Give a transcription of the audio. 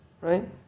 right